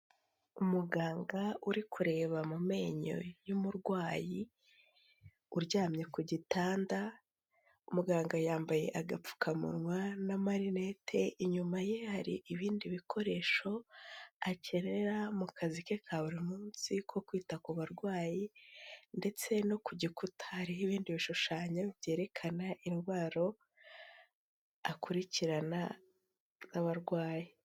Umuganga uri kureba mu menyo y'umurwayi uryamye ku gitanda, muganga yambaye agapfukamunwa na marineti. Inyuma ye hari ibindi bikoresho akenera mu kazi ke ka buri munsi ko kwita ku barwayi ndetse no ku gikuta hariho ibindi bishushanyo byerekana indwara akurikirana n'abarwayi.